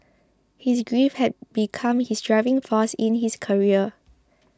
his grief had become his driving force in his career